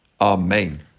Amen